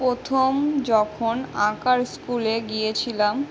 প্রথম যখন আঁকার স্কুলে গিয়েছিলাম